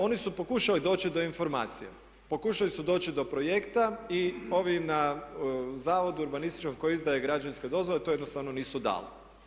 Oni su pokušali doći do informacije, pokušali su doći do projekta i ovi na zavodu urbanističkom koji izdaje građevinske dozvole to jednostavno nisu dali.